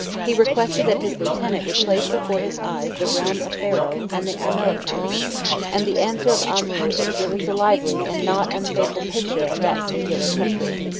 he requested that his lieutenant would place before his eyes the realm of pharaoh and the amalekites and the answer of amrou exhibits a lively and not unfaithful picture of that singular country.